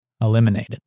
eliminated